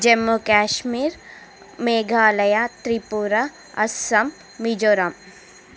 Jammu Kashmir Meghalaya Tripura Assam Mizoram